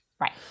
Right